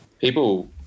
people